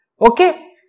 Okay